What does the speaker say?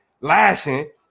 lashing